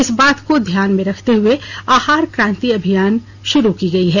इसी बात को ध्यान में रखते हए आहार क्रांति अभियान शुरू की गई है